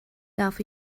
darf